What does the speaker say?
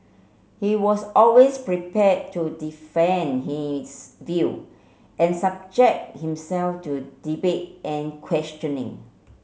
he was always prepared to defend his view and subject himself to debate and questioning